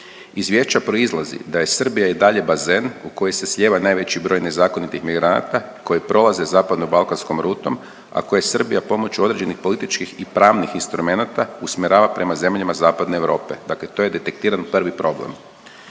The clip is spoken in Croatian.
Izvješća proizlazi da je Srbija i dalje bazen u koji se slijeva najveći broj nezakonitih migranata koji prolaze zapadno balkanskom rutom, a koje Srbija pomoću određenih političkih i pravnih instrumenata usmjerava prema zemljama zapadne Europe. Dakle, tu je detektiran prvi problem.